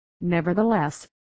Nevertheless